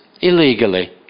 illegally